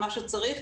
מה שצריך,